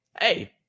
hey